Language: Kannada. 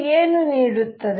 ಇವು ಏನು ನೀಡುತ್ತದೆ